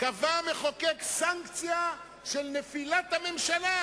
קבע המחוקק סנקציה של נפילת הממשלה?